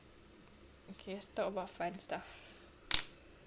okay talk about fun stuff